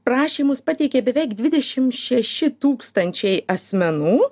prašymus pateikė beveik dvidešimt šeši tūkstančiai asmenų